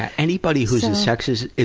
anybody who's a sexist,